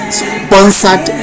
sponsored